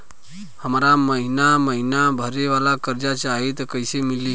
हमरा महिना महीना भरे वाला कर्जा चाही त कईसे मिली?